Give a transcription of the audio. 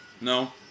No